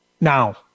now